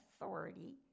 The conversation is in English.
authority